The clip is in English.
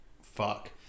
fuck